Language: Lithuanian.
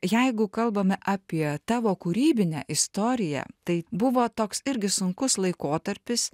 jeigu kalbame apie tavo kūrybinę istoriją tai buvo toks irgi sunkus laikotarpis